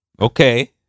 okay